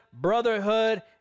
brotherhood